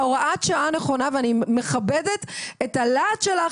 הוראת שעה נכונה ואני מכבדת את הלהט שלך